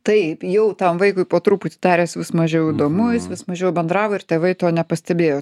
taip jau tam vaikui po truputį darės vis mažiau įdomu jis vis mažiau bendravo ir tėvai to nepastebėjo